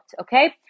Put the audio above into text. Okay